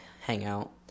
hangout